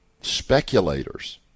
speculators